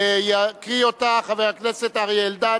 יקריא אותה חבר הכנסת אריה אלדד.